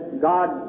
God